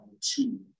two